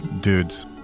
dudes